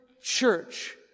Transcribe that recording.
church